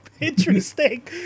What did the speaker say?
interesting